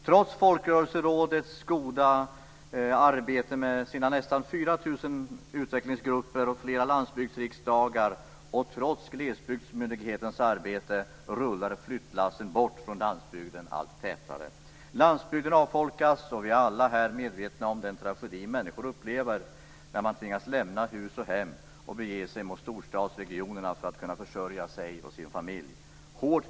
Trots Folkrörelserådets goda arbete, med dess nästan 4 000 utvecklingsgrupper och flera landsbygdsriksdagar och trots glesbygdsmyndigheternas arbete rullar flyttlassen allt tätare bort från landsbygden. Landsbygden avfolkas, och vi är alla här medvetna om den tragedi människor upplever när de tvingas lämna hus och hem och bege sig till storstadsregionerna för att kunna försörja sig själva och sina familjer.